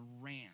ran